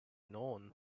known